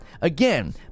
Again